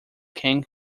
kang